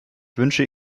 wünsche